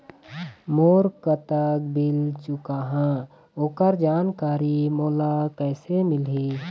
मोर कतक बिल चुकाहां ओकर जानकारी मोला कैसे मिलही?